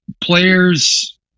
players